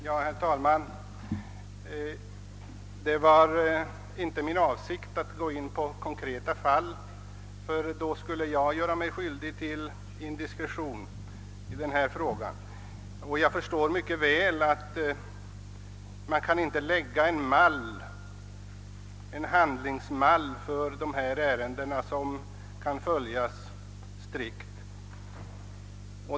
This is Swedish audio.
Herr talman! Det var inte min avsikt att gå in på konkreta fall, ty då skulle jag göra mig skyldig till indiskretion. Jag förstår mycket väl att man inte kan räkna med att det skall finnas en handlingsmall för dessa ärenden som kan följas strikt.